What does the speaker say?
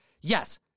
Yes